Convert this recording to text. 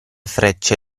frecce